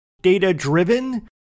Data-driven